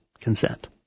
consent